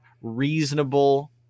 reasonable